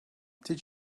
did